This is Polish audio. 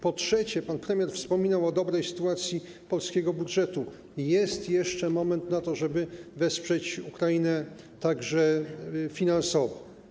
Po trzecie, pan premier wspominał o dobrej sytuacji polskiego budżetu - jest jeszcze moment na to, żeby wesprzeć Ukrainę także finansowo.